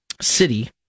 City